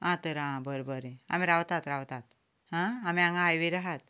आं तर आं बरें बरें आमीं रावतात रावतात हां आमीं हांगा हायवेर आसा